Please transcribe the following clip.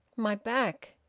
my back!